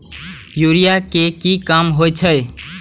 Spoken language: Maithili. यूरिया के की काम होई छै?